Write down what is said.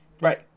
Right